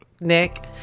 Nick